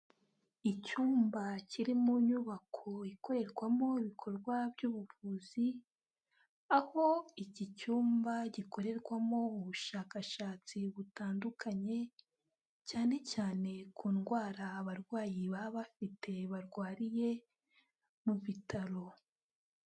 Icyumba kiri mu nyubako ikorerwamo ibikorwa by'ubuvuzi, aho iki cyumba gikorerwamo ubushakashatsi butandukanye, cyane cyane ku ndwara abarwayi baba bafite barwariye mu bitaro.